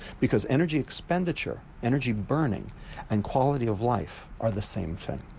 because energy expenditure, energy burning and quality of life are the same thing,